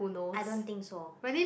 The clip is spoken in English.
I don't think so